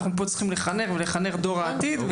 אנחנו פה צריכים לחנך ולחנך דור העתיד.